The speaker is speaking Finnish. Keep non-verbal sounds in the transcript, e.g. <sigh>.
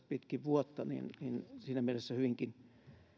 <unintelligible> pitkin vuotta niin niin siinä mielessä hyvinkin